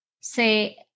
say